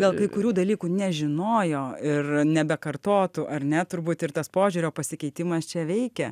gal kai kurių dalykų nežinojo ir nebekartotų ar ne turbūt ir tas požiūrio pasikeitimas čia veikia